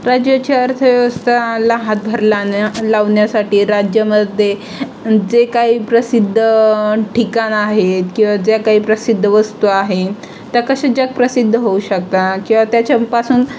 राज्याच्या अर्थव्यवस्थाला हातभार लावण्या लावण्यासाठी राज्यामध्ये जे काही प्रसिद्ध ठिकाणे आहेत किंवा ज्या काही प्रसिद्ध वस्तू आहेत त्या कशा जगप्रसिद्ध होऊ शकतात किंवा त्याच्यापासून